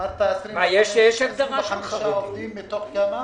25 עובדים ערבים מתוך כמה?